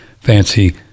fancy